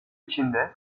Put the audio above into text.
içinde